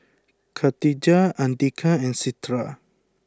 Katijah Andika and Citra